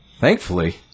Thankfully